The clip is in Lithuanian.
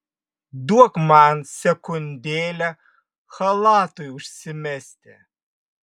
duok man sekundėlę chalatui užsimesti